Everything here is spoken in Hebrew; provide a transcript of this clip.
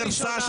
חצוף.